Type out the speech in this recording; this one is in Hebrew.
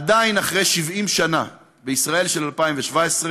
עדיין, אחרי 70 שנה, בישראל של 2017,